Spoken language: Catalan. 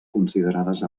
considerades